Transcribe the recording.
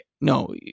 No